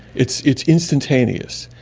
it's it's instantaneous.